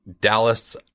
Dallas